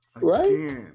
right